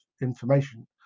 information